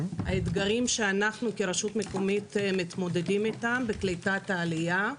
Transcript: אנחנו כרשות מקומית מתמודדים עם מספר אתגרים בקליטת עלייה,